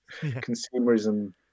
consumerism